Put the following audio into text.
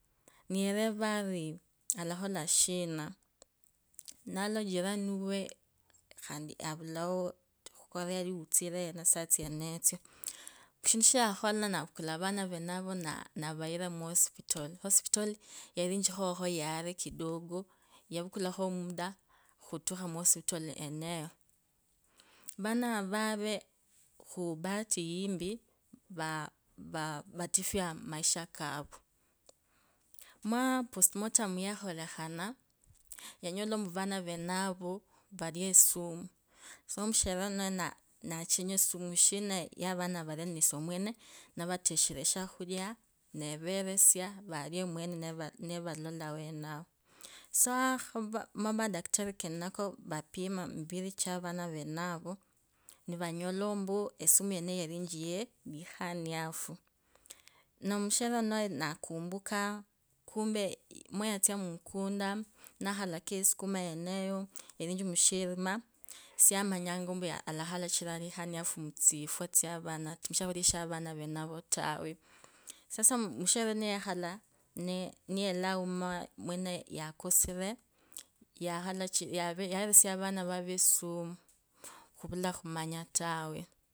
𝖭𝗂𝗒𝖾𝗋𝖾𝗏𝖺 𝖺𝗋𝗂 𝖺𝗅𝖺𝗄𝗁𝗈𝗅𝖺 𝗌𝗁𝗂𝗇𝖺 𝖭𝖺𝗅𝗈𝗅𝖺 𝗃𝗂𝗋𝖺𝗇𝗂 𝖺𝗏𝗎𝗅𝖺𝗈 𝗄𝗎𝗋𝗐𝖺 𝗒𝖺𝗋𝗂 𝗎𝗍𝗌𝗂𝗋𝖾 𝖾𝗇𝖺𝗍𝗌𝗂𝗌𝖺𝖺 𝗍𝗌𝖾𝗇𝖾𝗍𝗌𝗈 𝗌𝗁𝗂𝗇𝖽𝗎𝗌𝗁𝖺𝗒𝖺𝗄𝗁𝗈𝗅𝖺 𝗇𝖺𝗏𝗎𝗄𝗎𝗅𝖺 𝖺𝗏𝖺𝗇𝖺 𝗏𝖺𝗇𝖺𝗏𝗈 𝗇𝖺𝗏𝖺𝗒𝗂𝗋𝗈 𝗆𝗐𝗈𝗌𝗂𝗉𝗂𝗍𝗎𝗅 𝖧𝗈𝗌𝗂𝗉𝗂𝗍𝗈𝗅 𝗀𝗁𝗈𝗌𝗂𝗉𝗂𝗍𝗈𝗅 𝗒𝖺𝗋𝗂𝗁𝗃𝗂𝗄𝗁𝗈 𝗒𝖺𝗋𝖾 𝗄𝗂𝖽𝗈𝗀𝗈 𝗒𝖺𝗏𝗎𝗄𝗎𝗅𝖺𝗄𝗁𝖺 𝗆𝗎𝖽𝖺 𝗄𝗁𝗎𝗍𝗎𝗄𝗁𝖺 𝗆𝗐𝗈𝗌𝗂𝗉𝗂𝗍𝗈𝗅 𝗆𝗐𝗈𝗇𝗈𝗆𝗈 𝗏𝖺𝗇𝖺 𝗏𝖺𝗏𝖾 𝗄𝗁𝗎𝖻𝗈𝖺𝗍𝗂 𝗂𝗆𝗉𝗂𝗂 𝗏𝖺𝖺 𝗏𝖺𝖺𝗍𝗎𝖿𝗂𝖺 𝗈𝗆𝖺𝗂𝗌𝗁𝖺 𝗄𝖺𝗏𝗎 𝗆𝗐𝖺𝖺 𝗉𝗈𝗌𝗍 𝗆𝗈𝗇𝗍𝗎𝗋𝗆 𝗒𝖾𝗄𝗁𝗈𝗅𝖾𝗄𝗁𝖺𝗇𝖺 𝗏𝖺𝗇𝗒𝗈𝗅𝖺 𝗈𝗆𝖻𝗎 𝖺𝗏𝖺𝗇𝖺 𝗏𝖾𝗇𝖺𝗋𝗈 𝗋𝖺𝗅𝗂𝖺 𝖾𝗌𝗎𝗆𝗎 𝗌𝗈 𝗈𝗆𝗎𝗌𝗁𝖾𝗋𝖾 𝗐𝖾𝗇𝖾𝗒𝗈 𝗇𝖺𝖼𝗁𝖾𝗇𝗒𝖺 𝗌𝗎𝗆𝗎 𝗌𝗁𝗂𝗇𝖺 𝗒𝖺𝗏𝖺𝗇𝖺 𝗏𝖺𝗅𝖺𝗅𝗒𝖺 𝗇𝗂𝗌𝗂𝖾𝗆𝗐𝖾𝗇𝖾 𝗇𝖺𝗏𝖺𝗍𝖾𝗌𝗁𝗂𝗋𝖺 𝗌𝗁𝖺𝗄𝗁𝗎𝗅𝗒𝖺 𝗇𝖾𝗏𝖾𝗋𝖾𝗌𝗂𝖺 𝗏𝖺𝗅𝗒𝖺 𝗆𝗐𝖾𝗇𝖾 𝗇𝖾𝗏𝖺𝗅𝗈𝗅𝖺 𝖺𝗐𝖾𝗇𝖺𝗈 𝗌𝗈 𝗆𝗐𝖺𝗏𝖺𝖽𝖺𝗄𝖺𝗍𝖺𝗋𝗂 𝗄𝖾𝗇𝖺𝗄𝗈 𝗏𝖺𝗉𝗂𝗆𝖺 𝗆𝗂𝗆𝗉𝗂𝗋𝖺 𝖼𝗁𝖾𝗋𝖺𝗇𝗈 𝗏𝖾𝗇𝖺𝗋𝗈 𝗇𝗂𝗏𝖺𝗇𝗒𝗈𝗅𝖺 𝗈𝗆𝖻𝗎𝗎 𝖾𝗌𝗎𝗆𝗎 𝗒𝖾𝗇𝖾𝗒𝗈 𝗒𝖺𝗅𝗂𝗇𝗃𝗂 𝗒𝖾 𝗅𝗂𝗄𝗁𝖺𝗇𝗒𝖺𝖿𝗎 𝗇𝗈𝗆𝗎𝗌𝗁𝖾𝗋𝖾 𝗐𝖾𝗇𝗈𝗒𝗈 𝗇𝖺𝗄𝗎𝗆𝖻𝗎𝗄𝖺 𝗄𝗎𝗆𝗉𝖾 𝗅𝗐𝖺𝗒𝖺𝗍𝗌𝖺 𝗆𝗎𝗄𝗎𝗇𝖽𝖺 𝗇𝖺𝗄𝗁𝖺𝗅𝖺𝗄𝖺 𝖾𝗌𝗎𝗄𝗎𝗆𝖺 𝗒𝖾𝗇𝖾𝗒𝗈 𝗆𝗐𝖺𝗅𝗂𝗇𝗃𝗂 𝗆𝗎𝗌𝗁𝗂𝗋𝗂𝗆𝖺 𝗌𝗂𝗒𝖺𝗆𝖺𝗇𝗒𝗈𝗇𝗀𝖺 𝗈𝗆𝖻𝗎 𝖺𝗅𝖺𝗄𝗁𝖺𝗅𝖺𝖼𝗁𝗂𝗋𝖺𝗇𝗀𝖺 𝖾𝗅𝗂𝗄𝗁𝖺𝗇𝗒𝖺𝖿𝗎 𝗆𝗎𝗍𝗌𝗂𝖿𝗐𝖺 𝗍𝗌𝖺𝗏𝖺𝗇𝖺 𝗍𝖺 𝗆𝗎𝗌𝗁𝖺𝗄𝗁𝗎𝗋𝗂𝖺 𝗌𝗁𝖺 𝗏𝖺𝗇𝖺𝗏𝖾𝗇𝖺𝗏𝗈 𝗍𝖺𝗐𝖾 𝗌𝖺𝗌𝖺 𝗆𝗎𝗌𝗁𝖾𝗋𝖾 𝗐𝖾𝗇𝗈𝗒𝗈 𝗒𝖾𝗄𝗁𝖺𝗅𝖺 𝗇𝖾 𝗇𝖾𝗒𝖾𝗅𝖺𝗎𝗆𝖺 𝗈𝗆𝗐𝖾𝗇𝖾 𝗒𝖺𝗄𝗎𝗌𝗂𝗋𝖾 𝗒𝖺𝗄𝗁𝖺𝗅𝖺𝖼𝗁𝗂 𝖸𝖺𝗐𝖾𝗋𝖾𝗌𝗂𝖾 𝖺𝗏𝖺𝗇𝖺 𝗏𝖺𝗏𝖾 𝖾𝗌𝗂𝗆𝗎 𝗄𝗁𝗎𝗏𝗎𝗅𝖺 𝗄𝗁𝗎𝗆𝖺𝗇𝗒𝖺 𝗍𝖺𝗐𝖾.